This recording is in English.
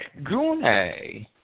gune